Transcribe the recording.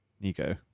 Nico